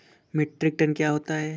Metric tonne क्या होता है?